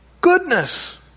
goodness